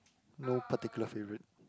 no particular favourite